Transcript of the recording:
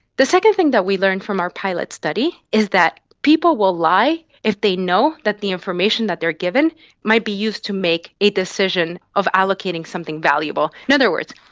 the second thing that we learned from our pilot study is that people will lie if they know that the information that they are given might be used to make a decision of allocating something valuable. in other words,